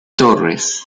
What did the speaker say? torres